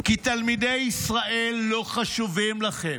-- כי תלמידי ישראל לא חשובים לכם.